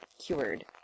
cured